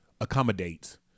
accommodate